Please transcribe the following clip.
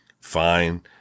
fine